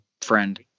friend